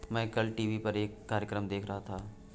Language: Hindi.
मैं कल टीवी पर एक कार्यक्रम देख रहा था